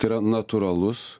tai yra natūralus